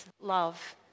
love